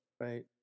right